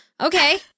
Okay